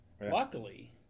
luckily